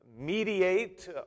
mediate